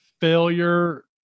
failure